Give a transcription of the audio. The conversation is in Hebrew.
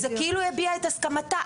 זה כאילו היא הביעה את הסכמתה.